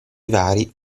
vari